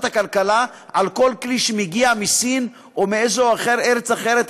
הכלכלה על כל כלי שמגיע מסין או מארץ אחרת,